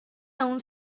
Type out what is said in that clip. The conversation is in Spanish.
aún